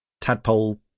tadpole